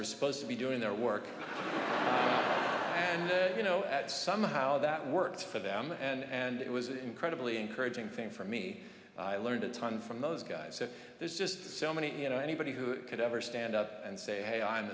are supposed to be doing their work thank you you know that somehow that works for them and it was incredibly encouraging thing for me i learned a ton from those guys so there's just so many you know anybody who could ever stand up and say hey i'm